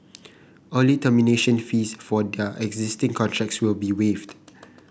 early termination fees for their existing contracts will be waived